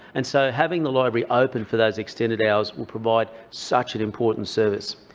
and so having the library open for those extended hours will provide such an important service.